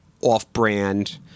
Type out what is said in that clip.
off-brand